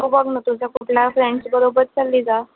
तू बघ ना तुझ्या कुठल्या फ्रेंड्सबरोबर चालली जा